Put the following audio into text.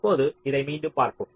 இப்போது இதை மீண்டும் பார்ப்போம்